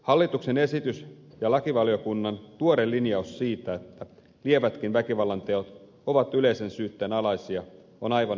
hallituksen esitys ja lakivaliokunnan tuore linjaus siitä että lievätkin väkivallanteot ovat yleisen syytteen alaisia on aivan oikea